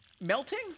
melting